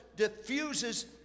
diffuses